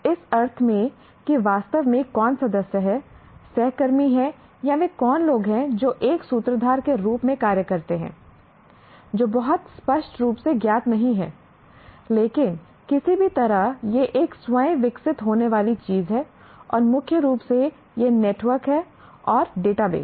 इस अर्थ में कि वास्तव में कौन सदस्य हैं सहकर्मी हैं या वे कौन लोग हैं जो एक सूत्रधार के रूप में कार्य करते हैं जो बहुत स्पष्ट रूप से ज्ञात नहीं है लेकिन किसी भी तरह यह एक स्वयं विकसित होने वाली चीज है और मुख्य रूप से यह नेटवर्क है और डेटाबेस